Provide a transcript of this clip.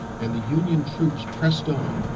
and the union troops pressed on,